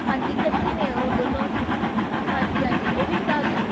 ਹਾਂਜੀ ਇਕੱਠੇ ਨੇ ਉਹ ਦੋਨੋਂ ਹਾਂਜੀ ਹਾਂਜੀ ਉਹ ਵੀ ਹਟਾ ਦਿਓ